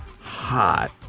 hot